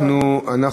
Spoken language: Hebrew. אנחנו גם,